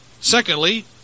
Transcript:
Secondly